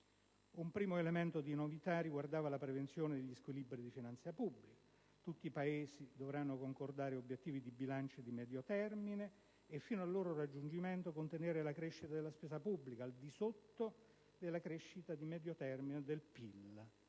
Un primo elemento di novità riguardava la prevenzione degli squilibri di finanza pubblica. Tutti i Paesi avrebbero dovuto concordare obiettivi di bilancio di medio termine e fino al loro raggiungimento contenere la crescita della spesa pubblica al di sotto della crescita di medio termine del PIL.